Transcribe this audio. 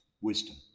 wisdom